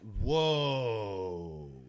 whoa